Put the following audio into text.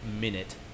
minute